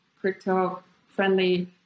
crypto-friendly